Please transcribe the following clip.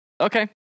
Okay